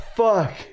fuck